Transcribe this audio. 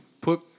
put